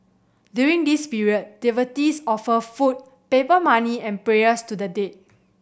during this period devotees offer food paper money and prayers to the dead